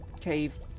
cave